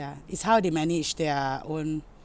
ya is how they manage their own